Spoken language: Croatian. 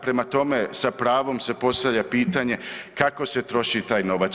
Prema tome sa pravom se postavlja pitanje kako se troši taj novac.